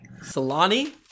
Salani